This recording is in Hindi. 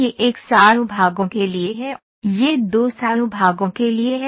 यह 100 भागों के लिए है यह 200 भागों के लिए है